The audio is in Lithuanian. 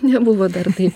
nebuvo dar taip